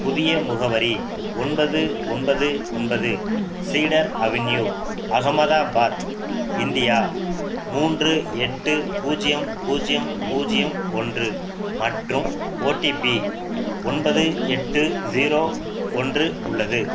புதிய முகவரி ஒன்பது ஒன்பது ஒன்பது சீடர் அவென்யூ அகமதாபாத் இந்தியா மூன்று எட்டு பூஜ்யம் பூஜ்யம் பூஜ்யம் ஒன்று மற்றும் ஓடிபி ஒன்பது எட்டு ஸீரோ ஒன்று உள்ளது